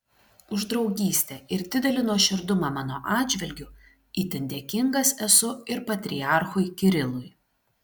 už draugystę ir didelį nuoširdumą mano atžvilgiu itin dėkingas esu ir patriarchui kirilui